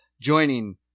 joining